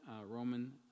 Roman